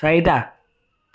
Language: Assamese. চাৰিটা